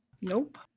Nope